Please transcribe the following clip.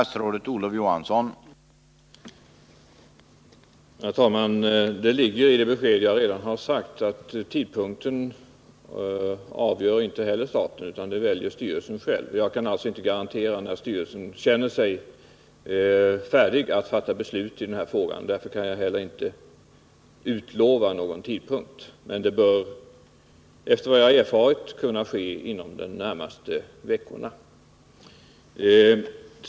Herr talman! Svaret på det ligger i beskedet jag redan har lämnat, nämligen att inte heller tidpunkten avgörs av staten utan av styrelsen. Jag kan alltså inte uttala mig om när styrelsen känner sig färdig att fatta beslut, och därför kan jag inte heller utlova någon tidpunkt. Men efter vad jag erfarit bör det kunna ske inom de närmaste veckorna.